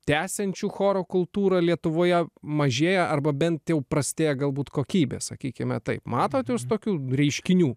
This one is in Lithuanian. tęsiančių choro kultūrą lietuvoje mažėja arba bent jau prastėja galbūt kokybė sakykime taip matot jūs tokių reiškinių